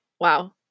wow